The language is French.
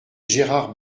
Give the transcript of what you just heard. gérard